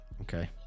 Okay